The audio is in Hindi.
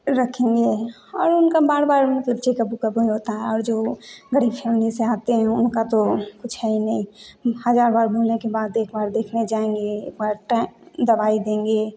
रखेंगे और उनका बार बार मतलब चेकअप वेकअप भी होता है और जो गरीब फैमली से आते हैं उनका तो कुछ है ही नहीं हजार बार बोलने के बाद एक बार देखने जाएँगे एक बार दवाई देंगे